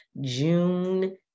June